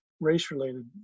race-related